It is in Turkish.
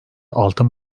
altın